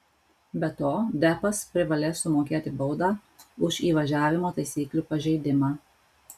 be to deppas privalės sumokėti baudą už įvažiavimo taisyklių pažeidimą